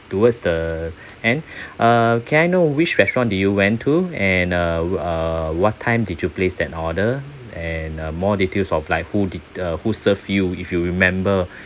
towards the end uh can I know which restaurant did you went to and uh uh what time did you place that order and uh more details of like who did uh who served you if you remember